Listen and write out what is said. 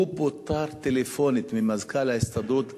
הוא פוטר בשיחה טלפונית ממזכ"ל ההסתדרות אז,